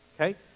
Okay